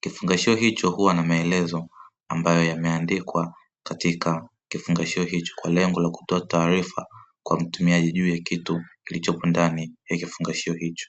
kifungashio hicho huwa na maelezo ambayo yameandikwa katika kifungashio hicho kwa lengo la kutoa taarifa kwa mtumiaji juu ya kitu kilichopo ndani ya kifungashio hicho.